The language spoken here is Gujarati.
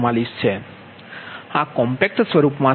અથવા આ કોમ્પેક્ટ સ્વરૂપમાં છે